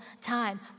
time